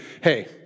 hey